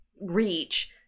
reach